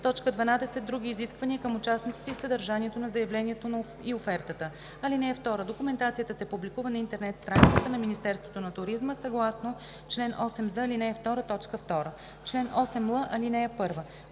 8д; 12. други изисквания към участниците ѝ съдържанието на заявлението и офертата. (2) Документацията се публикува на интернет страницата на Министерството на туризма съгласно чл. 8з, ал. 2, т. 2. Чл. 8л.